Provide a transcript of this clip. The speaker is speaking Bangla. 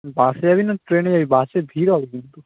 বাসে যাবি না ট্রেনে যাবি বাসে ভিড় হবে কিন্তু